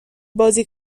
بازی